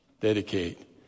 dedicate